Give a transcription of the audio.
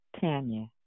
Tanya